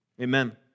Amen